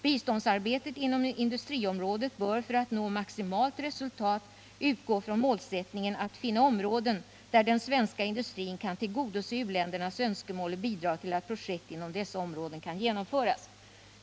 Biståndsarbetet inom industriområdet bör för att nå maximalt resultat utgå från målsättningen att finna områden där den svenska industrin kan tillgodose u-ländernas önskemål och bidra till att projekt inom dessa områden kan genomföras.